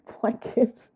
blanket